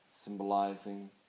symbolizing